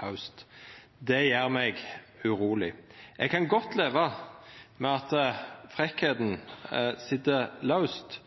haust. Det gjer meg uroleg. Eg kan godt leva med at frekkheita sit laust.